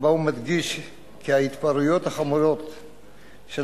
שבה הוא מדגיש כי ההתפרעויות החמורות של